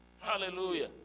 Hallelujah